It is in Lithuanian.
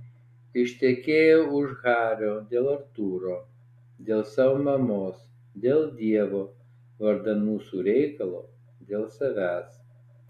ištekėjau ui hario dėl artūro dėl savo mamos dėl dievo vardan mūsų reikalo dėl savęs